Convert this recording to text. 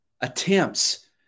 attempts